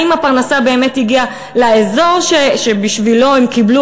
האם הפרנסה באמת הגיעה לאזור שבשבילו הם קיבלו